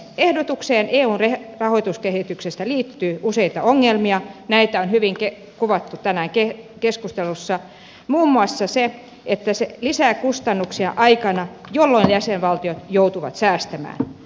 ehdotukseen eun rahoituskehyksestä liittyy useita ongelmia joita on hyvin kuvattu tänään keskustelussa muun muassa se että se lisää kustannuksia aikana jolloin jäsenvaltiot joutuvat säästämään